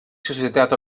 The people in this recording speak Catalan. societat